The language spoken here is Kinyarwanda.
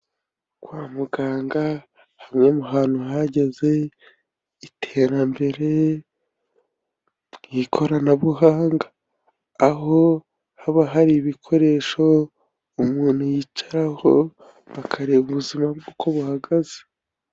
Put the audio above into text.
Kwa muganga hamwe mu hantu hageze iterambere mu ikoranabuhanga, aho haba hari ibikoresho umuntu yicaraho bakareba ubuzima bwe uko buhagaze.